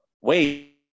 wait